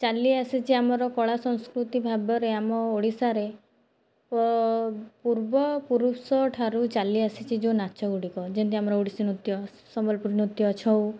ଚାଲିଆସିଛି ଆମର କଳା ସଂସ୍କୃତି ଭାବରେ ଆମ ଓଡ଼ିଶାରେ ଓ ପୂର୍ବପୁରୁଷଠାରୁ ଚାଲିଆସିଛି ଯେଉଁ ନାଚ ଗୁଡ଼ିକ ଯେମିତିକି ଆମର ଓଡ଼ିଶୀ ନୃତ୍ୟ ସମ୍ବଲପୁରୀ ନୃତ୍ୟ ଛଉ